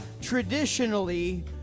traditionally